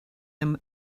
them